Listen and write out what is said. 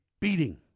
beating